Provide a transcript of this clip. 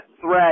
threat